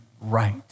right